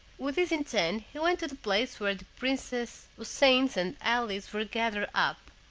with this intent he went to the place where the princes houssain's and ali's were gathered up,